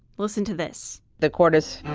listen to this. the chord is